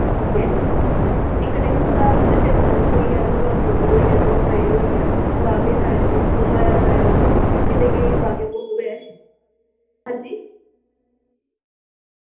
ठीक ऐ इक दिन तुं'दा समझो उत्थै होई गेआ रघुनाथ मंदर होई गेआ दूसरा एह् होई गेआ बावे जाओ मोहमाया जायो कन्ने गे बाग ए बहू ऐ हां जी